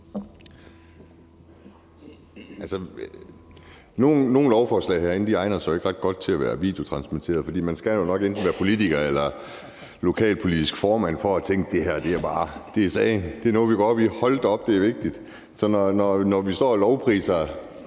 Nogle lovforslag egner sig ikke ret godt til at være videotransmitteret, for man skal jo nok enten være politiker eller lokalpolitisk formand for at tænke, at det her bare er sagen – det er noget, vi går op i, hold da op, det er vigtigt. Så når vi står og lovpriser